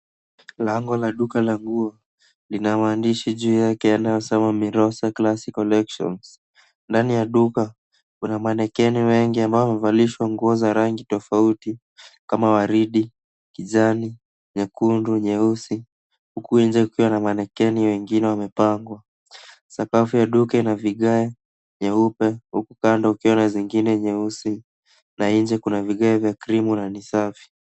Lango la duka la nguo lina maandishi juu yake yanayosema Mirosa Classy Collection. Ndani ya duka kuna manekeni wengi wanaovalishwa rangi tofauti kama ua ridi, kijani, nyekundu, nyeusi huku nje kukiwa na manekeni wengine wamepangwa. Sakafu ya duka ina vigae nyeupe huku kando kukiwa na zingine nyeusi na nje kuna vigae vya krimu na ni safi.